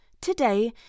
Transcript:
today